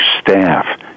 staff